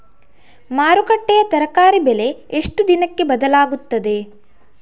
ಮಾರುಕಟ್ಟೆಯ ತರಕಾರಿ ಬೆಲೆ ಎಷ್ಟು ದಿನಕ್ಕೆ ಬದಲಾಗುತ್ತದೆ?